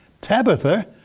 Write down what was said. Tabitha